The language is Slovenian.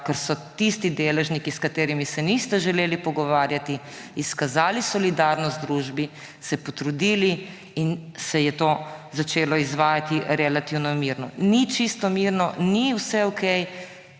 ker so tisti deležniki, s katerimi se niste želeli pogovarjati, izkazali solidarnost družbi, se potrudili in se je to začelo izvajati relativno mirno. Ni čisto mirno, ni vse okej,